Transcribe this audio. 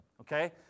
Okay